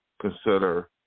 consider